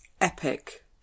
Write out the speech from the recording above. epic